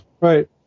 right